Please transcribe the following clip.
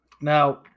Now